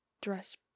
dress